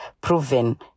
proven